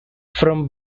from